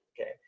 Okay